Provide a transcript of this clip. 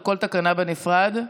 על כל תקנה בנפרד,